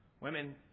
women